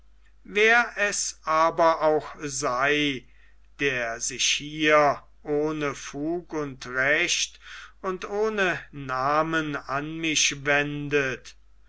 wer es aber auch sei der sich hier ohne fug und recht und ohne namen an mich wendet